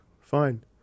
fine